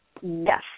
Yes